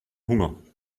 hunger